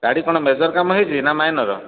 ଗାଡ଼ି କ'ଣ ମେଜର୍ କାମ ହୋଇଛି ନା ମାଇନର୍